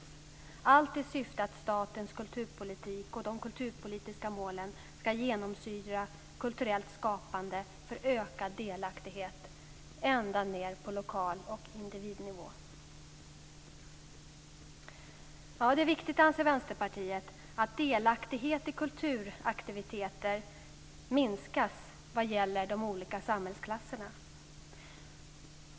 Och allt detta i syfte att statens kulturpolitik och de kulturpolitiska målen ska genomsyra kulturellt skapande för ökad delaktighet ända ned på lokal nivå och individnivå. Vänsterpartiet anser att det är viktigt att delaktighet i kulturaktiviteter minskas när det gäller de olika samhällsklasserna.